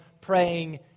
praying